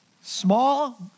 Small